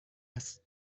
است